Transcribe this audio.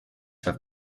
have